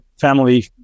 family